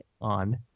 on